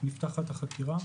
נפתחת חקירה.